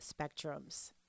spectrums